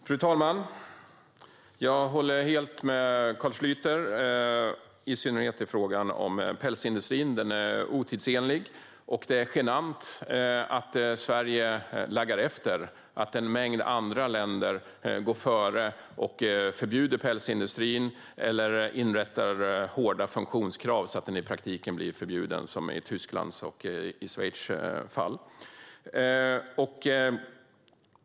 Fru talman! Jag håller helt med Carl Schlyter, i synnerhet i frågan om pälsindustrin. Den är otidsenlig. Det är genant att Sverige laggar efter och att en mängd andra länder går före och förbjuder pälsindustrin eller inrättar hårda funktionskrav så att den i praktiken blir förbjuden som i Tysklands och Schweiz fall.